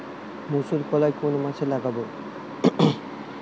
মুসুর কলাই কোন মাসে লাগাব?